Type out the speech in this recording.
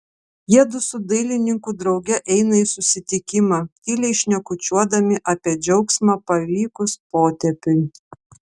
jiedu su dailininku drauge eina į susitikimą tyliai šnekučiuodami apie džiaugsmą pavykus potėpiui